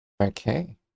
Okay